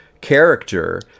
character